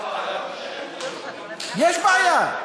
יש בעיה.